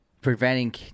preventing